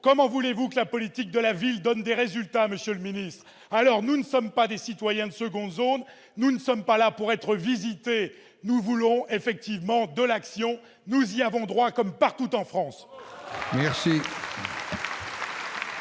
comment voulez-vous que la politique de la ville donne des résultats, monsieur le ministre ? Nous ne sommes pas des citoyens de seconde zone, nous ne sommes pas là pour être visités ! Nous voulons des actes, nous y avons droit, comme partout en France